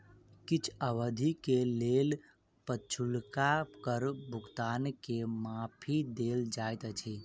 किछ अवधिक लेल पछुलका कर भुगतान के माफी देल जाइत अछि